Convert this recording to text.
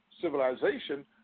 civilization